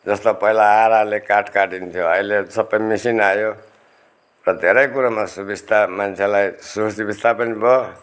जस्तो पहिला आराले काठ काटिन्थ्यो अहिले सबै मिसिन आयो र धेरै कुरामा सुविस्ता मान्छेलाई सुविस्ता पनि भयो